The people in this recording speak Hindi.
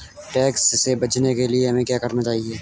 टैक्स से बचने के लिए हमें क्या करना चाहिए?